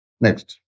Next